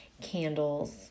candles